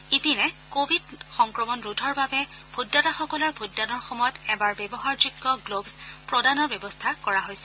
ইপিনে কোৱিড সংক্ৰমণ ৰোধৰ বাবে ভোটদাতাসকলৰ ভোটদানৰ সময়ত এবাৰ ব্যৱহাৰযোগ্য গ্ল'ভছ প্ৰদানৰো ব্যৱস্থা কৰা হৈছে